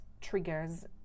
triggers